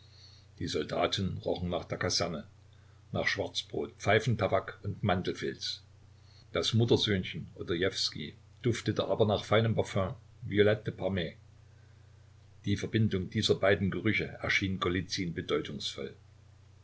die soldaten rochen nach der kaserne nach schwarzbrot pfeifentabak und mantelfilz das muttersöhnchen odojewskij duftete aber nach feinem parfum violette de parme die verbindung dieser beiden gerüche erschien golizyn bedeutungsvoll